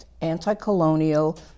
anti-colonial